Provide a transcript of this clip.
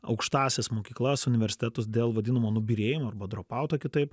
aukštąsias mokyklas universitetus dėl vadinamo nubyrėjimo arba dropauto kitaip